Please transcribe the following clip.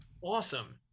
awesome